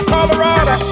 Colorado